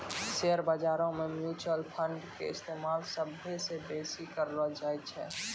share बजारो मे mutual फंडो के इस्तेमाल सभ्भे से बेसी करलो जाय छै